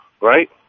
right